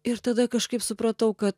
ir tada kažkaip supratau kad